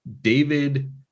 David